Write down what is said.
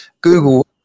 Google